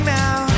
now